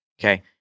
Okay